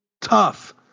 tough